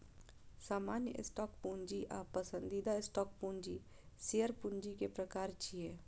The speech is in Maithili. सामान्य स्टॉक पूंजी आ पसंदीदा स्टॉक पूंजी शेयर पूंजी के प्रकार छियै